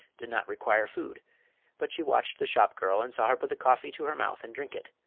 did not require food but she watched the shop girl, and saw her put the coffee to her mouth and drink it.